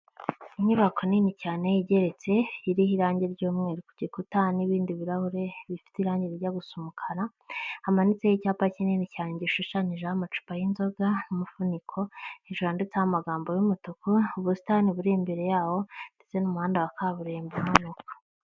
Inyubako nini cyane igeretse, iririho irangi ry'umweru ku gikuta, n'ibindi birarahure bifite irangi rijya gu gusa umukara, hamanitseho icyapa kinini cyane gishushanyijeho amacupa y'inzoga n'umufuniko, hejuru handitseho amagambo y'umutuku, ubusitani buri imbere yawo, ndetse n'umuhanda wa kaburimbo umanuka.